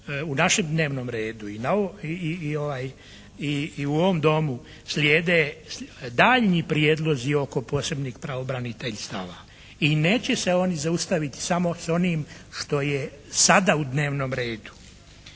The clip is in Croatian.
u našem dnevnom redu i u ovom domu slijede daljnji prijedlozi oko posebnih pravobraniteljstava i neće se oni zaustaviti samo s onim što je sada u dnevnom redu.